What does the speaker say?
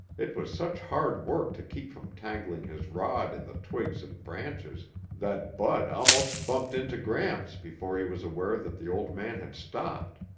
it was such hard work to keep from tangling his rod in the twigs and branches that bud almost bumped into gramps before he was aware that the old man had stopped.